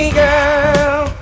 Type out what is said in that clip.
girl